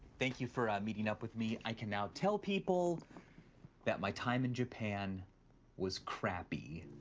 thank you for um meeting up with me, i can now tell people that my time in japan was crappy.